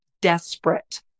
desperate